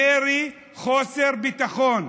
ירי, חוסר ביטחון.